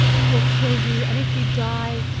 it will kill you. and if you die,